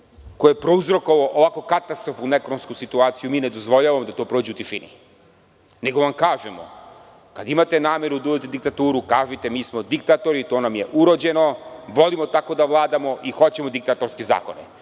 je prouzrokovao ovako katastrofalnu ekonomsku situaciju, mi ne dozvoljavamo da to prođe u tišini. Nego vam kažemo, kada imate nameru da uvedete diktaturu, kažite – mi smo diktatori, to nam je urođeno, volimo tako da vladamo i hoćemo diktatorske zakone.